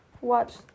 watch